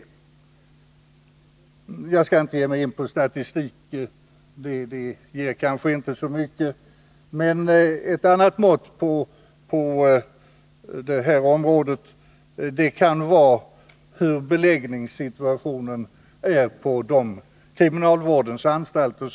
Jag skall dock inte ge migin på någon statistik — det ger kanske inte så mycket. Ett annat mått på omfattningen av brottsligheten är beläggningen på våra kriminalvårdsanstalter.